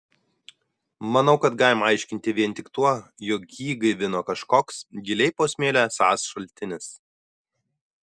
manau kad galima aiškinti vien tik tuo jog jį gaivino kažkoks giliai po smėliu esąs šaltinis